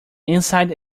inside